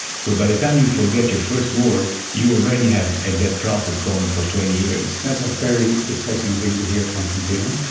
so by the time you forget your first word you already have had that process going for twenty years. that's a very depressing thing to hear, constantino.